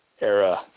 era